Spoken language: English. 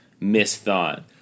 misthought